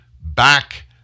Back